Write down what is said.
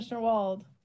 Wald